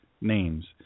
names